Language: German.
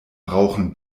rauchen